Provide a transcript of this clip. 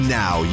now